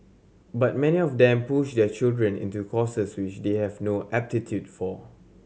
but many of them push their children into courses which they have no aptitude for